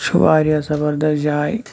چھُ واریاہ زَبَردَس جاے